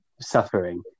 suffering